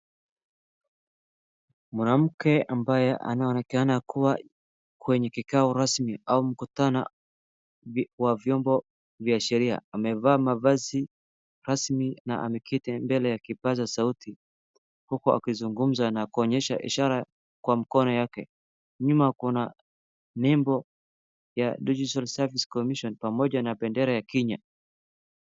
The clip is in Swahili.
Mwanamke amabye anaonekana kuwa kwenye kikao rasmi au mkutano wa vyombo vya sheria amevaa mavazi rasmi na ameketi mbele ya kipaza sauti huku akizungumza na kuonyesha ishara kwa mkono yake. Nyuma kuna nembo ya Judicial Service Commission pamoja na bendera ya Kenya.